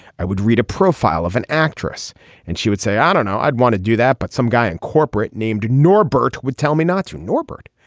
i would read a profile of an actress and she would say i don't know i'd want to do that. but some guy in corporate named norbert would tell me not to norbert.